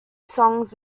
songs